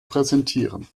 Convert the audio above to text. präsentieren